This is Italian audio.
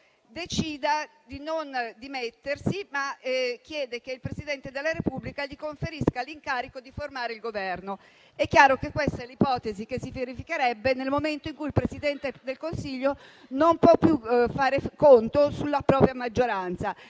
decida di non dimettersi, ma chiede che il Presidente della Repubblica gli conferisca l'incarico di formare il Governo. È chiaro che questa è l'ipotesi che si verificherebbe nel momento in cui il Presidente del Consiglio non può più fare conto sulla propria maggioranza.